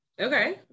Okay